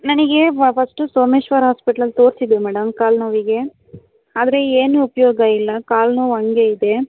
ನನಗೇ ಫಸ್ಟು ಸೋಮೇಶ್ವರ ಹಾಸ್ಪೆಟ್ಲಲ್ಲಿ ತೋರಿಸಿದ್ವಿ ಮೇಡಮ್ ಕಾಲುನೋವಿಗೆ ಆದರೆ ಏನು ಉಪಯೋಗ ಇಲ್ಲ ಕಾಲ್ನೋವು ಹಂಗೆ ಇದೆ